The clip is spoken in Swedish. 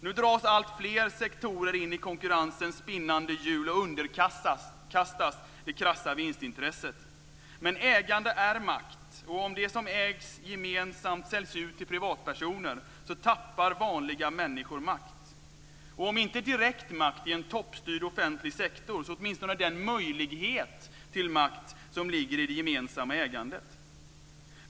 Nu dras alltfler sektorer in i konkurrensens spinnande hjul och underkastas det krassa vinstintresset. Men ägande är makt, och om det som ägs gemensamt säljs ut till privatpersoner tappar vanliga människor makt - om inte direkt makt i en toppstyrd offentlig sektor så åtminstone den möjlighet till makt som ligger i det gemensamma ägandet.